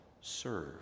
serve